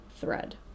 thread